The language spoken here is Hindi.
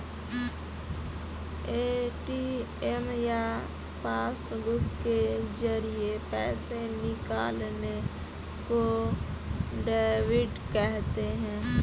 ए.टी.एम या पासबुक के जरिये पैसे निकालने को डेबिट कहते हैं